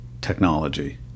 Technology